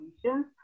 solutions